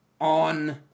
on